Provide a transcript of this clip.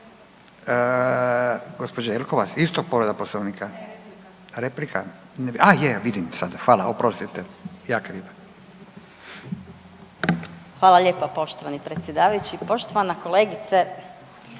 Hvala lijepa poštovani predsjedavajući. Poštovana kolegice